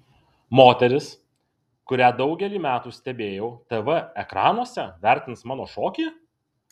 moteris kurią daugelį metų stebėjau tv ekranuose vertins mano šokį